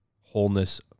wholeness